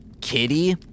Kitty